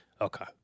Okay